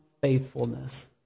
faithfulness